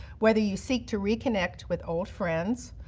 whether you seek to reconnect with old friends,